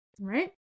Right